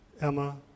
Emma